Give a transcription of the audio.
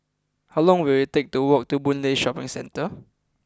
how long will it take to walk to Boon Lay Shopping Centre